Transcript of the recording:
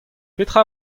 petra